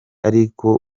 ariko